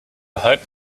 hope